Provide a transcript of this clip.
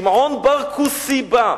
שמעון בר-כוסיבא.